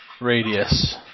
radius